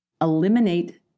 Eliminate